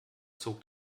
zog